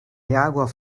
jaguar